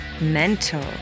Mental